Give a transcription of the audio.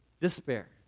despair